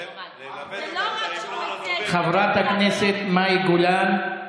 זה לא רק שהוא עושה, חברת הכנסת מאי גולן,